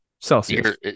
Celsius